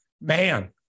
man